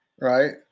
right